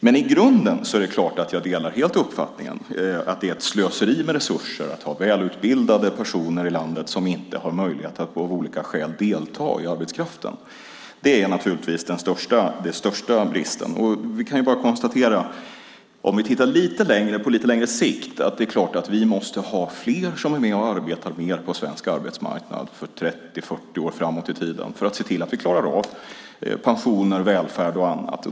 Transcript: Men i grunden är det klart att jag helt delar uppfattningen att det är ett slöseri med resurser att ha välutbildade personer i landet som inte har möjlighet att av olika skäl delta i arbetskraften. Det är naturligtvis den största bristen. Om vi tittar på lite längre sikt är det klart att vi måste ha fler som är med och arbetar mer på svensk arbetsmarknad 30-40 år framåt i tiden för att se till att vi klarar av pensioner, välfärd och annat.